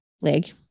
leg